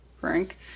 Frank